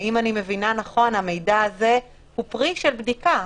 ואם אני מבינה נכון, המידע הזה הוא פרי של בדיקה.